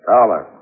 Dollar